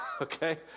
okay